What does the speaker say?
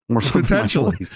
Potentially